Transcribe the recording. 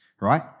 right